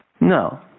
No